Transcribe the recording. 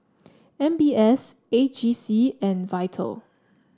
M B S A G C and Vital